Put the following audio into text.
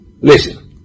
Listen